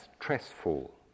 stressful